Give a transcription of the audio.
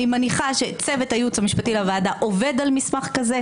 אני מניחה שצוות הייעוץ המשפטי לוועדה עובד על מסך כזה.